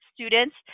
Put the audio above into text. students